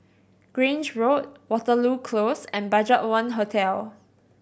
Grange Road Waterloo Close and BudgetOne Hotel